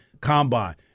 Combine